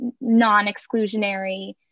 non-exclusionary